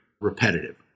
repetitive